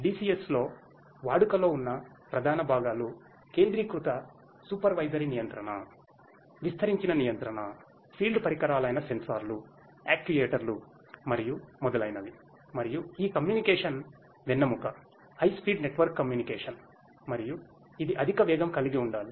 DCS లో వాడుకలో ఉన్న ప్రధాన భాగాలు కేoధ్రిక్రుత సూపర్వైజరీ నియంత్రణ విస్థరించిన నియంత్రణ ఫీల్డ్ పరికరాలైన సెన్సార్లు యాక్యుయేటర్లు మరియు మొదలైనవి మరియు ఈ కమ్యూనికేషన్ వెన్నెముక హై స్పీడ్ నెట్వర్క్ కమ్యూనికేషన్ మరియు ఇది అధిక వేగం కలిగి ఉండాలి